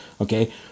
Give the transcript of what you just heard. Okay